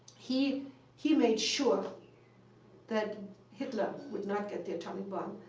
he he made sure that hitler would not get the atomic bomb.